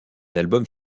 albums